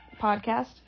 Podcast